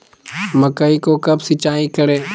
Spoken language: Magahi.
मकई को कब सिंचाई करे?